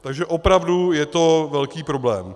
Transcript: Takže opravdu je to velký problém.